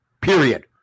period